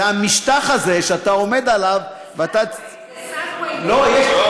זה המשטח הזה שאתה עומד עליו, ואתה, סגווי, לא.